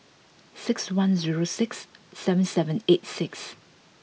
six one zero six seven seven eight six